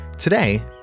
Today